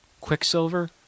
Quicksilver